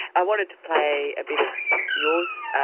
i wanted to play a bit of yours,